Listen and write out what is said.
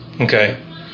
okay